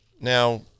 Now